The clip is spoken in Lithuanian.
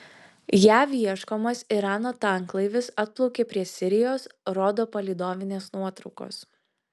jav ieškomas irano tanklaivis atplaukė prie sirijos rodo palydovinės nuotraukos